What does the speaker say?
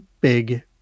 big